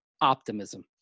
optimism